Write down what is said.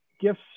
gifts